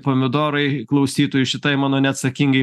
pomidorai klausytojų šitai mano neatsakingai